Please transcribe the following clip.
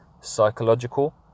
psychological